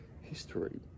history